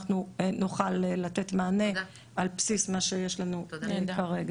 נוכל לתת מענה על בסיס מה שיש לנו כרגע.